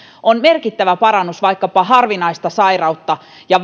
on merkittävä parannus vaikkapa harvinaista sairautta ja